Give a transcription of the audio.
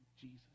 jesus